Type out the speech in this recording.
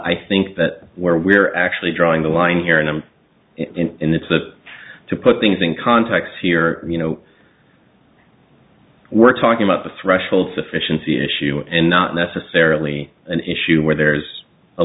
i think that where we're actually drawing the line here and i'm in the to to put things in context here you know we're talking about the threshold sufficiency issue and not necessarily an issue where there's a